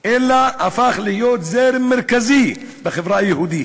אלא הפך להיות זרם מרכזי בחברה היהודית.